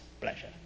pleasure